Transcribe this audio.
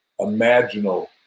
imaginal